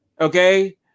Okay